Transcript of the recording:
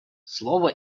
слово